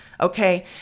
okay